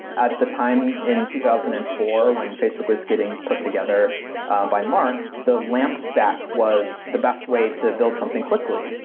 at the time in two thousand and four when facebook was getting put together by mark, the lamp stack was the best way to build something quickly,